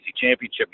championship